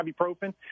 ibuprofen